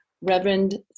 Reverend